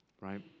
right